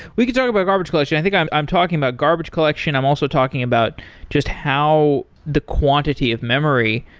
we could talk about garbage collection. i think i'm i'm talking about garbage collection. i'm also talking about just how the quantity of memory,